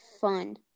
fun